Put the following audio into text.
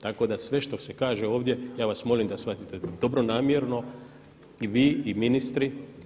Tako da sve što se kaže ovdje ja vas molim da shvatite dobronamjerno i vi i ministri.